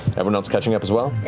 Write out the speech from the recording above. everyone else catching up as well?